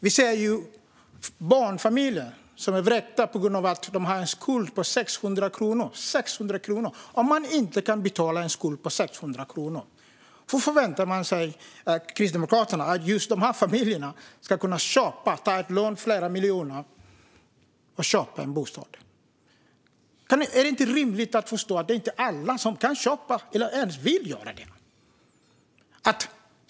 Vi ser barnfamiljer som vräks på grund av de har en skuld på 600 kronor - 600! Om familjer inte kan betala en skuld på 600 kronor, hur kan Kristdemokraterna förvänta sig att de då ska kunna ta flera miljoner i lån för att köpa en bostad? Är det inte rimligt att förstå att det inte är alla som kan köpa eller ens vill göra det?